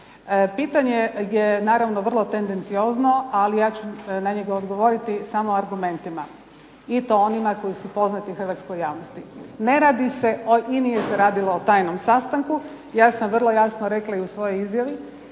Pitanje je naravno vrlo tendenciozno, ali ja ću na njega odgovoriti samo argumentima i to onima koji su poznati hrvatskoj javnosti. Ne radi se o INA-i jer se radilo o tajnom sastanku. Ja sam vrlo jasno rekla i u svojoj izjavi